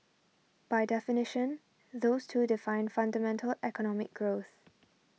by definition those two define fundamental economic growth